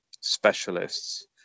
specialists